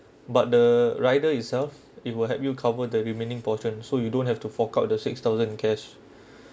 but the rider itself it will help you cover the remaining portion so you don't have to fork out the six thousand cash